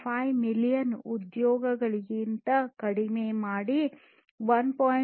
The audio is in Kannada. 2 ಮಿಲಿಯನ್ ಉದ್ಯೋಗಿಗಳಿಂದ ಕಡಿಮೆ ಮಾಡಿ 1